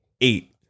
Eight